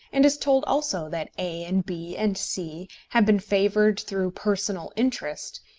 and is told also that a and b and c have been favoured through personal interest,